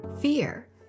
Fear